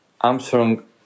Armstrong